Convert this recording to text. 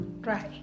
Right